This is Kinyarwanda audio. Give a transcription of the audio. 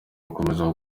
gukomeza